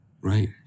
Right